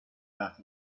that